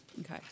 Okay